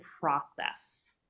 process